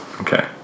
Okay